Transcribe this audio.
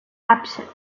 absent